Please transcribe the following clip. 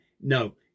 no